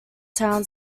town